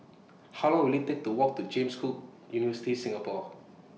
How Long Will IT Take to Walk to James Cook University Singapore